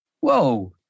whoa